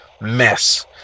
mess